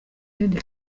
ibindi